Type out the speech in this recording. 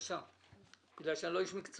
בגלל שאני לא איש מקצוע.